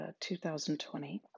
2020